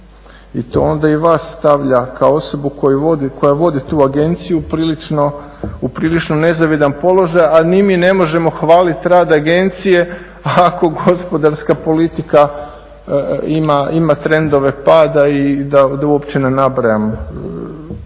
I to onda i vas stavlja kao osobu koja vodi tu agenciju u prilično nezavidan položaj, a ni mi ne možemo hvalit rad agencije ako gospodarska politika ima trendove pada i da uopće ne nabrajam